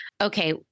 okay